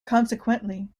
consequently